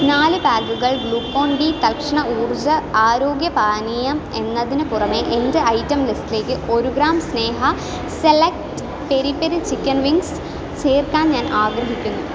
നാല് ബാഗുകൾ Glucon D തൽക്ഷണ ഊർജ ആരോഗ്യപാനീയം എന്നതിന് പുറമേ എന്റെ ഐറ്റം ലിസ്റ്റിലേക്ക് ഒരു gram Sneha select peri peri chicken wings ചേർക്കാൻ ഞാൻ ആഗ്രഹിക്കുന്നു